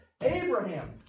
Abraham